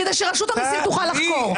כדי שרשות המסים תוכל לחקור.